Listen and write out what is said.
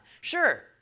Sure